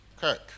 Kirk